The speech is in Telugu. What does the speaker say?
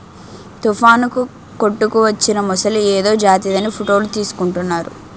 తుఫానుకు కొట్టుకువచ్చిన మొసలి ఏదో జాతిదని ఫోటోలు తీసుకుంటున్నారు